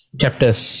chapters